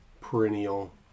perennial